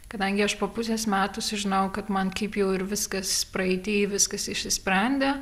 kadangi aš po pusės metų sužinojau kad man kaip jau ir viskas praeity viskas išsisprendė